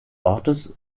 ortes